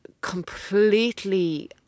completely